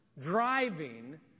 driving